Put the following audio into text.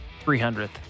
300th